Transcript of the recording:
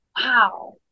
wow